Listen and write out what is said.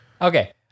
Okay